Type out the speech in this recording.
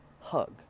hug